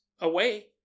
away